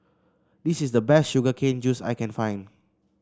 this is the best Sugar Cane Juice I can find